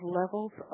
levels